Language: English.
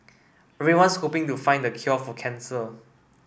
everyone's hoping to find the cure for cancer